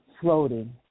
floating